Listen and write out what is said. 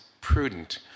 prudent